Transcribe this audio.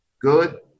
Good